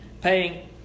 paying